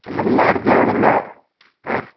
ಆಮೇಲ್ ಲಾಡ್ಜ್ ಯಾವುದೆಲ್ಲ ಹಾಂ ರೀ